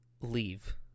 leave